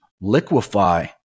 liquefy